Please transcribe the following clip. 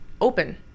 open